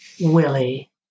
Willie